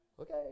Okay